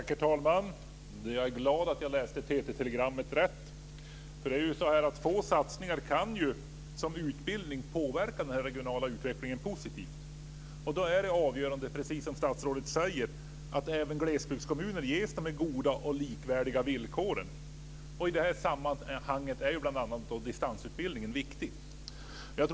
Herr talman! Jag är glad att jag uppfattade TT Få satsningar kan påverka den regionala utvecklingen så positivt som satsning på utbildning. Då är det avgörande - precis som statsrådet säger - att även glesbygdskommuner ges goda och likvärdiga villkor. I det här sammanhanget är distansutbildningen viktig.